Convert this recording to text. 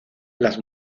las